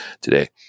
today